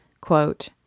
Quote